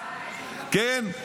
כן,